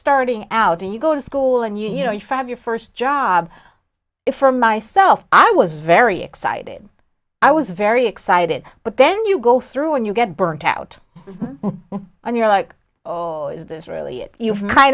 starting out you go to school and you know you have your first job it for myself i was very excited i was very excited but then you go through and you get burnt out and you're like is this really it you've kind